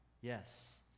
Yes